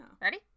ready